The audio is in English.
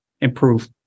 improve